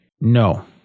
No